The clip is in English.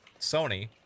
Sony